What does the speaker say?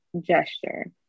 gesture